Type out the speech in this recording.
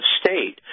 state